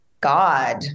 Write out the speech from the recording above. God